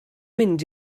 mynd